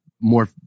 more